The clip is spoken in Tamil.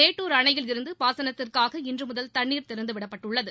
மேட்டுர் அணையிலிருந்து பாசனத்திற்காக இன்று முதல் தண்ணீர் திறந்து விடப்பட்டுள்ளது